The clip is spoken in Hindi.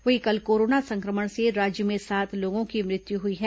वहीं कल कोरोना संक्रमण से राज्य में सात लोगों की मृत्य हई है